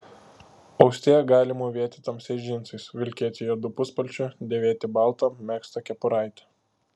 austėja gali mūvėti tamsiais džinsais vilkėti juodu puspalčiu dėvėti baltą megztą kepuraitę